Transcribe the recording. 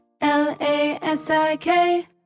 L-A-S-I-K